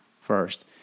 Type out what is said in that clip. first